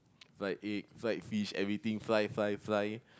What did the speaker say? fried egg fried fish everything fry fry fry